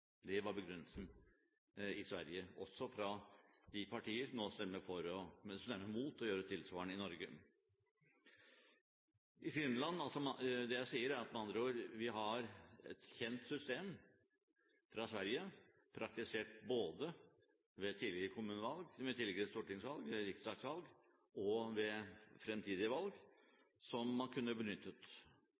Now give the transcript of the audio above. Det var begrunnelsen i Sverige, og det er det også fra de partiene som nå stemmer mot å gjøre tilsvarende i Norge. Det jeg med andre ord sier, er at vi har et system som er kjent fra Sverige – som er praktisert ved tidligere riksdagsvalg, og som vil bli praktisert ved fremtidige valg – som man kunne benyttet.